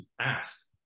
ask